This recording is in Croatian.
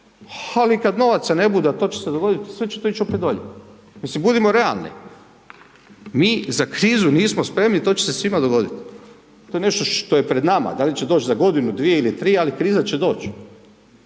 ali kad novaca ne bude, a to će se dogodit, sve će to ić opet dolje. Mislim, budimo realni, mi za krizu nismo spremni, to će se svima dogodit, to je nešto što je pred nama, da li će doć za godinu, dvije ili tri, ali kriza će doć,